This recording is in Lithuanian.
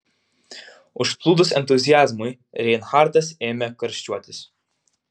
užplūdus entuziazmui reinhartas ėmė karščiuotis